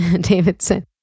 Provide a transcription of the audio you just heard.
Davidson